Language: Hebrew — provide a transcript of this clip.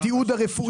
התיעוד הרפואי,